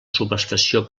subestació